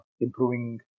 improving